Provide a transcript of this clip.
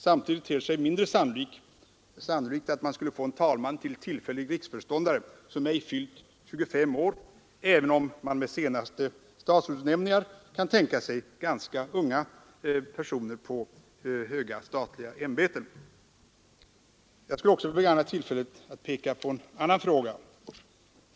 Samtidigt ter det sig mindre sannolikt att man till tillfällig riksföreståndare skulle få en talman som ej fyllt 25 år, även om man att döma av de senaste statsrådsutnämningarna kan tänka sig ganska unga personer i höga statliga ämbeten. Jag skulle också vilja begagna tillfället att peka på en annan fråga.